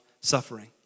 suffering